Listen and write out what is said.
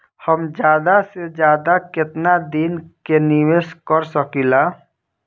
हम ज्यदा से ज्यदा केतना दिन के निवेश कर सकिला?